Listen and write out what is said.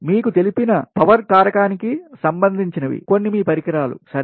మీకు తెలిసిన పవర్ కారకానికి సంబంధించివి కొన్ని మీ పరికరాలు సరే